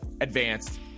advanced